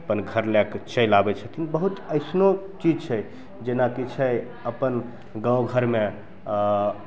अपन घर लैके चलि आबै छथिन बहुत अइसनो चीज छै जेनाकि छै अपन गामघरमे